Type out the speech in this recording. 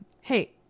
hey